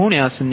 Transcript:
2916 0